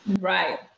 Right